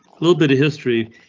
little bit of history.